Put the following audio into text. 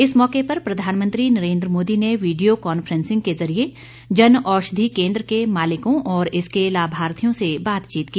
इस मौके पर प्रधानमंत्री नरेन्द्र मोदी ने वीडियो कांफ्रेंसिंग के जरिए जनऔषधि केन्द्र के मालिकों और इसके लाभार्थियों से बातचीत की